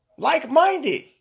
Like-minded